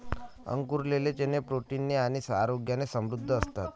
अंकुरलेले चणे प्रोटीन ने आणि आरोग्याने समृद्ध असतात